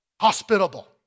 hospitable